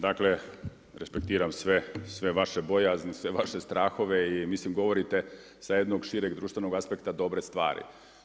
Dakle respektiram sve vaše bojazni, sve vaše strahove i govorite sa jednog šireg društvenog aspekta dobre stvari.